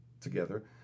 together